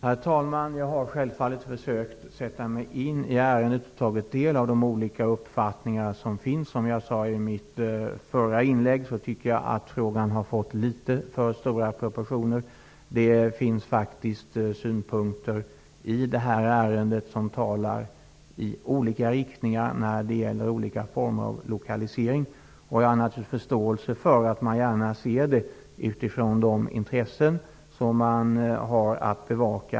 Herr talman! Jag har självfallet försökt att sätta mig in i ärendet och tagit del av de olika uppfattningar som finns. Som jag sade i mitt förra inlägg anser jag att frågan fått för stora proportioner. Det finns synpunkter i detta ärende i olika riktningar när det gäller olika former av lokalisering. Jag har naturligtvis förståelse för att man gärna ser det hela utifrån de intressen man regionalt har att bevaka.